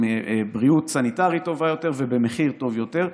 בבריאות סניטרית טובה יותר ובמחיר טוב יותר,